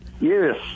Yes